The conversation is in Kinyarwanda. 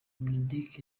mineduc